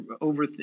over